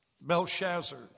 Belshazzar